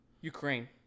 Ukraine